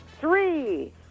Three